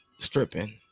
stripping